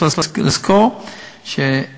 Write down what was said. מבקש להוסיף לפרוטוקול את תמיכתו בחוק.